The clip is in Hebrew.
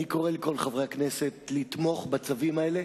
אני קורא לכל חברי הכנסת לתמוך בצווים האלה,